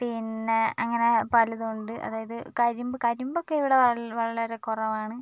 പിന്നേ അങ്ങനെ പലതും ഉണ്ട് അതായത് കരിമ്പ് കരിമ്പൊക്കെ ഇവിടെ വളര വളരെ കുറവാണ്